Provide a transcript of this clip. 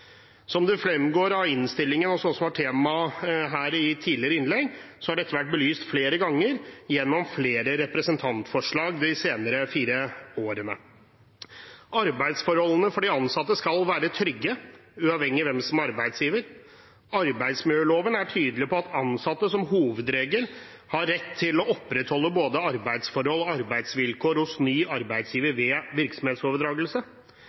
Som det fremgår av innstillingen, og som også var tema i tidligere innlegg, har dette vært belyst flere ganger gjennom flere representantforslag de siste fire årene. Arbeidsforholdene for de ansatte skal være trygge, uavhengig av hvem som er arbeidsgiver. Arbeidsmiljøloven er tydelig på at ansatte som hovedregel har rett til å opprettholde både arbeidsforhold og arbeidsvilkår hos ny